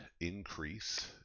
increase